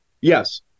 Yes